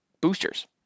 boosters